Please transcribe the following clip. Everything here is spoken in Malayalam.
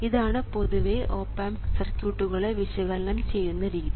ഇതാണ് പൊതുവേ ഓപ് ആമ്പ് സർക്യൂട്ടുകളെ വിശകലനം ചെയ്യുന്ന രീതി